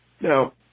Now